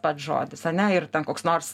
pats žodis ane ir ten koks nors